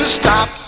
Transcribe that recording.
stop